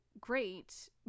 great